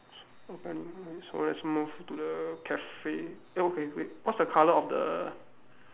so let's move to the cafe oh okay wait what's the colour of the